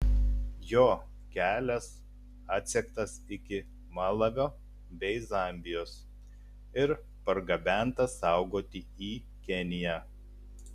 jo kelias atsektas iki malavio bei zambijos ir pargabentas saugoti į keniją